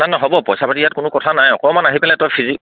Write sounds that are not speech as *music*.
*unintelligible* হ'ব পইচা পাতিৰ ইয়াত কোনো কথা নাই অকণমান আহি পেলাই তই ফ্ৰি